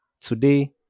Today